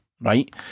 right